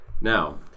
Now